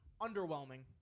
underwhelming